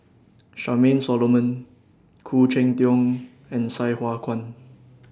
Charmaine Solomon Khoo Cheng Tiong and Sai Hua Kuan